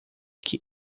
que